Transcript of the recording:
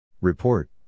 Report